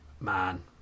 man